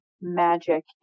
magic